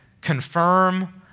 confirm